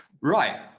Right